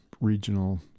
regional